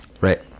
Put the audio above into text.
Right